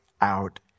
out